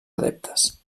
adeptes